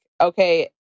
okay